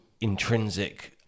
intrinsic